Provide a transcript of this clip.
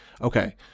Okay